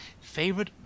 Favorite